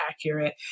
accurate